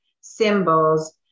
symbols